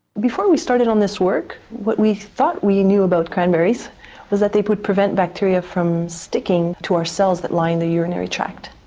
before we started on this work, what we thought we knew about cranberries was that they would prevent bacteria from sticking to our cells that line the urinary tract,